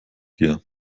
wir